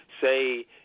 Say